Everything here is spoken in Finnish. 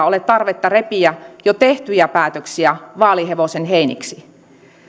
ole tarvetta repiä jo tehtyjä päätöksiä vaalihevosen heiniksi